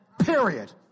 period